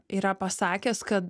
yra pasakęs kad